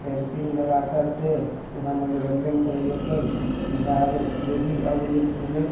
camping लगा करके वहाँ मनोरंजन करै यऽ सब बिहार जे भी अबै यऽ घूमे